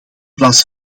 plaats